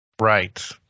Right